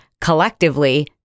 collectively